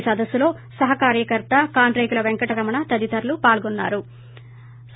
ఈ సదస్సులో సహాకార్యకర్త కాండ్రేగుల పెంకటరమణ తదితరులు పాల్గొన్సారు